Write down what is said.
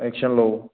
action ਲਓ